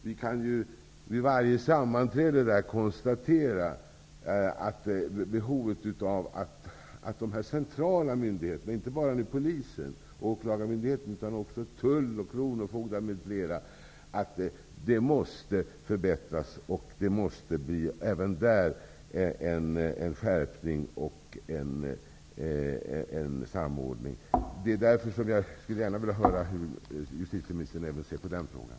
Vi kan vid varje sammanträde konstatera att det finns ett behov av att kontakterna mellan de centrala myndigheterna, inte bara mellan polisen och åklagarmyndigheten, utan också tull och kronofogdar m.fl., måste förbättras. Även där måste det till en skärpning och en samordning. Jag vill gärna höra hur justitieministern ser på den frågan.